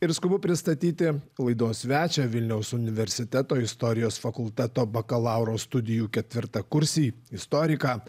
ir skubu pristatyti laidos svečią vilniaus universiteto istorijos fakulteto bakalauro studijų ketvirtakursį istoriką